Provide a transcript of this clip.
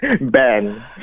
Ben